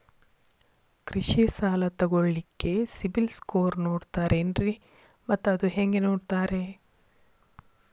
ಕೃಷಿ ಸಾಲ ತಗೋಳಿಕ್ಕೆ ಸಿಬಿಲ್ ಸ್ಕೋರ್ ನೋಡ್ತಾರೆ ಏನ್ರಿ ಮತ್ತ ಅದು ಹೆಂಗೆ ನೋಡ್ತಾರೇ?